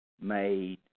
made